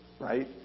right